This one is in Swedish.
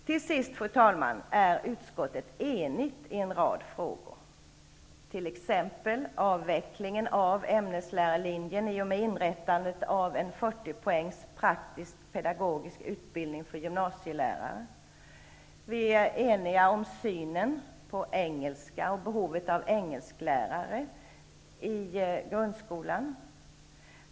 Till sist, fru talman, är utskottet enigt i en rad frågor, t.ex. när det gäller avvecklingen av ämneslärarlinjen, i och med inrättandet av en 40 Vi i utskottet är också eniga i synen på engelska och behovet av engelsklärare i grundskolan.